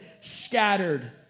scattered